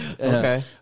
Okay